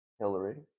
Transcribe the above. Hillary